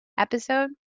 episode